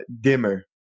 dimmer